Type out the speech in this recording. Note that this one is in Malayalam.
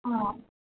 ആ